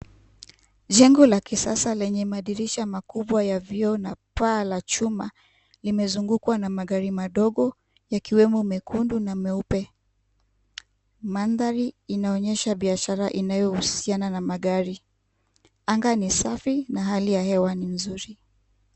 Jengo la kisasa lenye madirisha makubwa la vioo na paa la chuma limezungukwa na magari madogo yakiwemo mekundu na meupe. Mandhari inaonyesha biashara inayohusiana na magari. Anga ni safi na hali ya hewa ni nzuri.